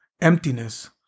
emptiness